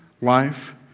life